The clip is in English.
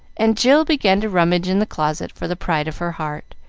and jill began to rummage in the closet for the pride of her heart,